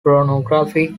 pornographic